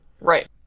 Right